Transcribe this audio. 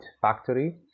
factory